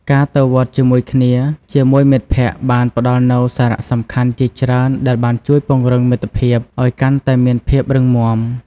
ការទៅវត្តជាមួយគ្នាជាមួយមិត្តភក្តិបានផ្តល់នូវសារៈសំខាន់ជាច្រើនដែលបានជួយពង្រឹងមិត្តភាពឲ្យកាន់តែមានភាពរឹងមាំ។